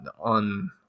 on